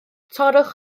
torrwch